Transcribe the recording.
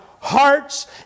hearts